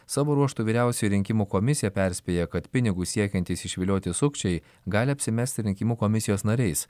savo ruožtu vyriausioji rinkimų komisija perspėja kad pinigus siekiantys išvilioti sukčiai gali apsimesti rinkimų komisijos nariais